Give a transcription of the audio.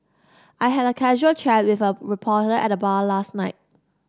I had a casual chat with a reporter at the bar last night